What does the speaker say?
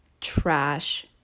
trash